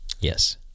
yes